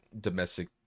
domestic